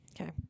Okay